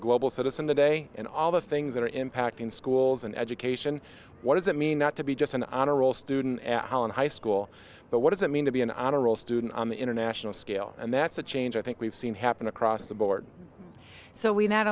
global citizen today and all the things that are impacting schools and education what does it mean not to be just an honor roll student in high school but what does it mean to be an honor roll student on the international scale and that's a change i think we've seen happen across the board so we not